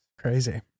Crazy